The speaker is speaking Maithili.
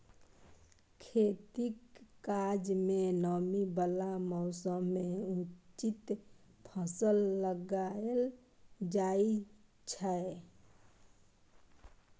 खेतीक काज मे नमी बला मौसम मे उचित फसल लगाएल जाइ छै